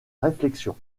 réflexion